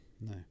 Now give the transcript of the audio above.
No